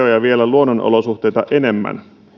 luonnonolosuhteita enemmän